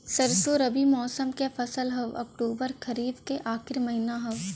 सरसो रबी मौसम क फसल हव अक्टूबर खरीफ क आखिर महीना हव